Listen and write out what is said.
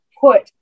put